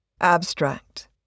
Abstract